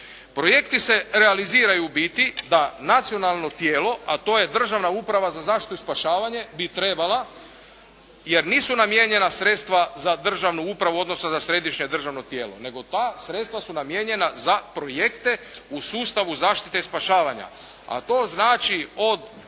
Projekti se realiziraju u biti da nacionalno tijelo, a to je državna uprava za zaštitu i spašavanje bi trebala, jer nisu namijenjena sredstva za državnu upravu, odnosno za središnje državno tijelo nego ta sredstva su namijenjena za projekte u sustavu zaštite i spašavanja.